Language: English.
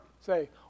say